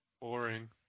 Boring